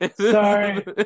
Sorry